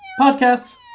podcasts